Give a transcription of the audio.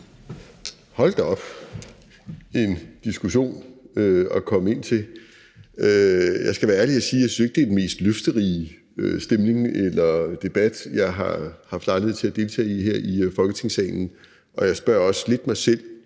Hold da op, en diskussion at komme ind til. Jeg skal være ærlig og sige, at jeg ikke synes, at det er den mest løfterige stemning eller debat, jeg har haft lejlighed til at deltage i her i Folketingssalen, og jeg spørger også lidt mig selv,